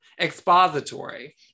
expository